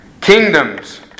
Kingdoms